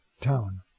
town